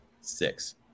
six